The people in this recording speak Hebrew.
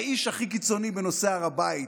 האיש הכי קיצוני בנושא הר הבית